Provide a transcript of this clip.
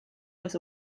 was